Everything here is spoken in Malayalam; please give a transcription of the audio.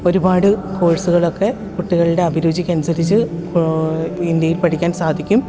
ഒരുപാട് കോഴ്സുകളൊക്കെ കുട്ടികളുടെ അഭിരുചിക്കനുസരിച്ച് ഇന്ത്യയിൽ പഠിക്കാൻ സാധിക്കും